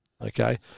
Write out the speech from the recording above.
Okay